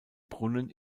brunnen